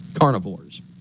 carnivores